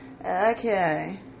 okay